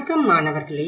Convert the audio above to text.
வணக்கம் மாணவர்களே